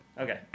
Okay